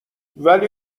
ولی